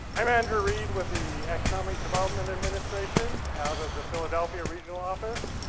i'm andrew reid with the economic development administration out of the philadelphia regional office.